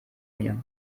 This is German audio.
mir